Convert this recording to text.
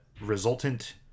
resultant